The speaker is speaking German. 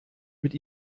mit